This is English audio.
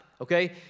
okay